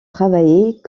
travaillait